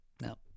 No